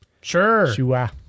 sure